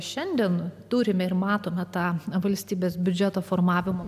šiandien turime ir matome tą valstybės biudžeto formavimo